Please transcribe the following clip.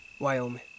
Wyoming